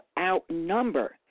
outnumber